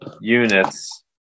units